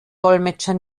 dolmetscher